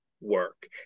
work